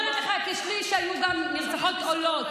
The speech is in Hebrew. אני אומרת לך שכשליש היו גם נרצחות עולות.